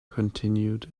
continued